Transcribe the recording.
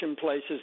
places